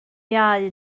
iau